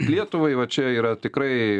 lietuvai va čia yra tikrai